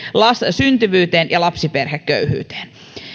syntyvyyteen ja lapsiperheköyhyyteen